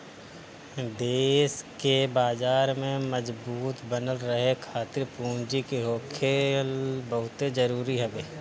देस के बाजार में मजबूत बनल रहे खातिर पूंजी के होखल बहुते जरुरी हवे